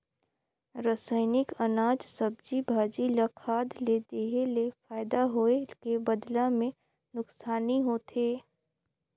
रसइनिक अनाज, सब्जी, भाजी ल खाद ले देहे ले फायदा होए के बदला मे नूकसानी होथे